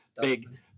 big